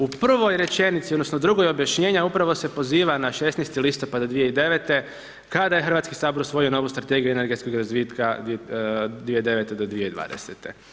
U prvoj rečenici, odnosno drugoj objašnjenja, upravo se poziva na 16. listopada 2009. kada je Hrvatski sabor usvojio novi strategiju energetskog razvitka 2009. do 2020.